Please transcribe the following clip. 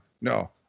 no